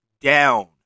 down